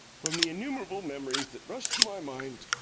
from the innumerable memories that rush to my mind,